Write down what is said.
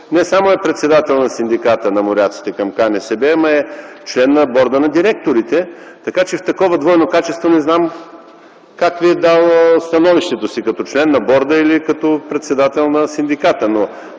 не само е председател на синдиката на моряците към КНСБ, но е и член на борда на директорите. Не знам в това двойно качество как е дал становището си – като член на борда или като председател на синдиката.